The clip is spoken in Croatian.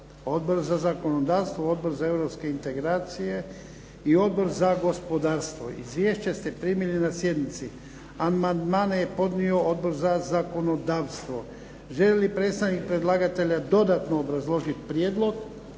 Odbor za zakonodavstvo, Odbor za europske integracije i Odbor za gospodarstvo. Izvješća ste primili na sjednici. Amandmane je podnio Odbor za zakonodavstvo. Želi li predstavnik predlagatelja dodatno obrazložiti prijedlog?